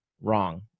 Wrong